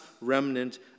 remnant